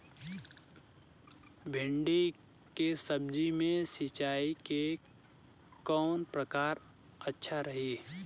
भिंडी के सब्जी मे सिचाई के कौन प्रकार अच्छा रही?